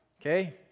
Okay